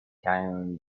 italian